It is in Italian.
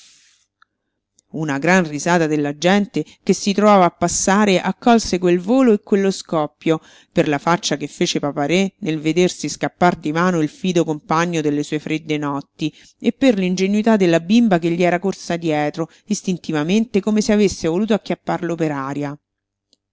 una gran risata della gente che si trovava a passare accolse quel volo e quello scoppio per la faccia che fece papa-re nel vedersi scappar di mano il fido compagno delle sue fredde notti e per l'ingenuità della bimba che gli era corsa dietro istintivamente come se avesse voluto acchiapparlo per aria